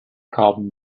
carbon